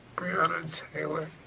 brianna keilar,